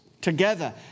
together